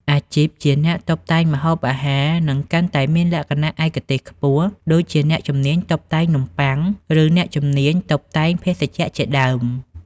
អាជីពជាអ្នកតុបតែងម្ហូបអាហារនឹងកាន់តែមានលក្ខណៈឯកទេសខ្ពស់ ដូចជាអ្នកជំនាញតុបតែងនំបុ័ង ឬអ្នកជំនាញតុបតែងភេសជ្ជៈជាដើម។